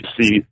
see